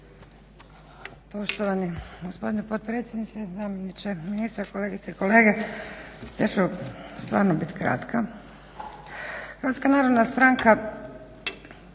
Hvala.